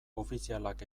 ofizialak